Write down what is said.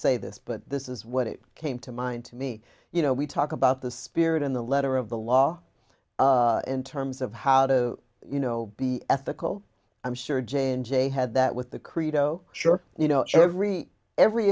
say this but this is what it came to mind to me you know we talk about the spirit in the letter of the law in terms of how to you know be ethical i'm sure j n j had that with the credo sure you know every every